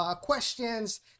questions